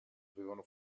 avevano